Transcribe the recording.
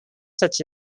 such